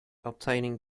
obtaining